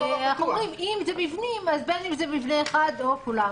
מה שמשתמע מזה הוא שאם הוא לא כולל בכלל מבנה,